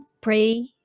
pray